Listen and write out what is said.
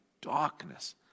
darkness